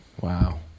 Wow